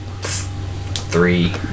three